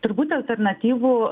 turbūt alternatyvų